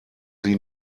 sie